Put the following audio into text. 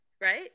right